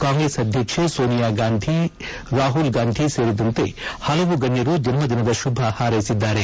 ಕಾಂಗ್ರೆಸ್ ಅಧ್ಯಕ್ಷೆ ಸೋನಿಯಾ ಗಾಂಧಿ ರಾಹುಲ್ ಗಾಂಧಿ ಸೇರಿದಂತೆ ಹಲವು ಗಣ್ಣರು ಜನ್ದದಿನದ ಶುಭ ಹಾರ್ಕೆಸಿದ್ದಾರೆ